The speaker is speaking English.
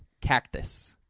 cactus